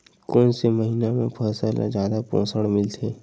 कोन से महीना म फसल ल जादा पोषण मिलथे?